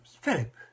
Philip